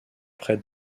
près